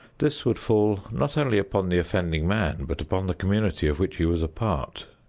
this would fall not only upon the offending man, but upon the community of which he was a part.